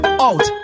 out